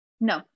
No